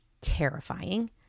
terrifying